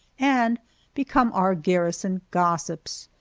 and become our garrison gossips!